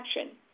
action